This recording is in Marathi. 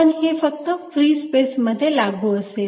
पण हे फक्त फ्री स्पेस मध्ये लागू असेल